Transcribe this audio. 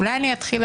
אולי אני אתחיל,